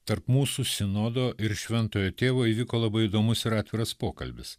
tarp mūsų sinodo ir šventojo tėvo įvyko labai įdomus ir atviras pokalbis